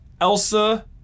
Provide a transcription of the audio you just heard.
Elsa